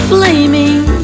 Flaming